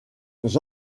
les